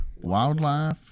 wildlife